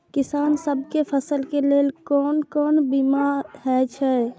किसान सब के फसल के लेल कोन कोन बीमा हे छे?